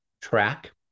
track